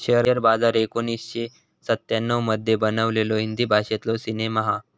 share बाजार एकोणीसशे सत्त्याण्णव मध्ये बनलेलो हिंदी भाषेतलो सिनेमा हा